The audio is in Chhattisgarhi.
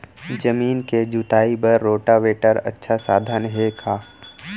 जमीन के जुताई बर रोटोवेटर अच्छा साधन हे का?